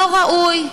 לא ראוי,